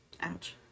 Ouch